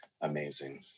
Amazing